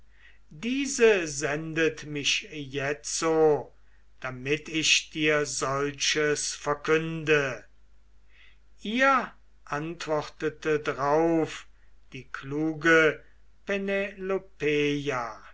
diese sendet mich jetzo damit ich dir solches verkünde ihr antwortete drauf die kluge